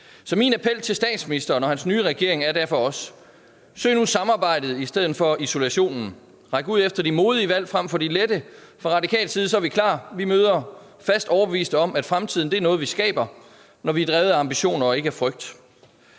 Så min appel til statsministeren og hans nye regering er derfor også: Søg nu samarbejdet i stedet for isolationen; ræk ud efter de modige valg frem for de lette. Fra radikal side er vi klar. Vi møder op fast overbevist om, at fremtiden er noget, vi skaber, når vi er drevet af ambitioner og ikke af frygt.